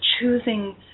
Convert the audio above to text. choosing